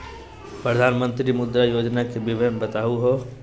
प्रधानमंत्री मुद्रा योजना के विवरण बताहु हो?